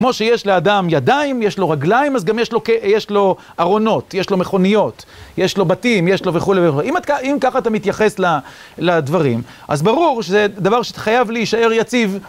כמו שיש לאדם ידיים, יש לו רגליים, אז גם יש לו ארונות, יש לו מכוניות, יש לו בתים, יש לו וכו' וכו'. אם ככה אתה מתייחס לדברים, אז ברור שזה דבר שחייב להישאר יציב.